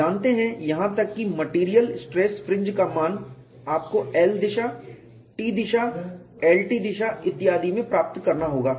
आप जानते हैं यहां तक की मेटेरियल स्ट्रेस फ्रिंज का मान आपको L दिशा T दिशा LT दिशा इत्यादि में प्राप्त करना होगा